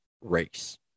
race